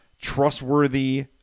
trustworthy